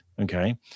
Okay